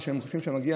מה שהם חושבים שמגיע,